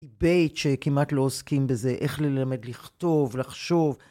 היבט שכמעט לא עוסקים בזה, איך ללמד לכתוב, לחשוב.